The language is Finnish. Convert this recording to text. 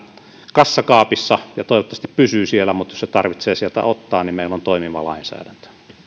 kassakaapissa ja toivottavasti pysyy siellä mutta jos se tarvitsee sieltä ottaa niin meillä on toimiva lainsäädäntö